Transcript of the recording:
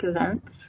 events